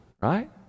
right